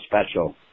special